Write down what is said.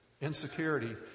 Insecurity